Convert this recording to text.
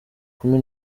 kumi